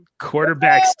Quarterbacks